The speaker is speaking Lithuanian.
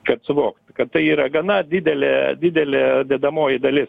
kad suvokt kad tai yra gana didelė didelė dedamoji dalis